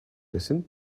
listen